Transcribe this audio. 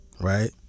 right